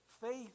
faith